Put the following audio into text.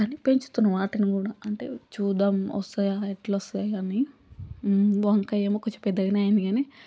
కాని పెంచుతున్నాం వాటిని కూడ అంటే చూద్దాం వస్తాయా ఎట్ల వస్తాయి అని వంకాయ ఏమో కొంచెం పెద్దగానే అయ్యింది కాని